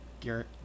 Garrett